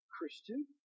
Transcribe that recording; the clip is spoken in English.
Christian